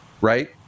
right